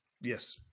Yes